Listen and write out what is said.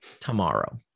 tomorrow